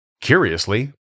Curiously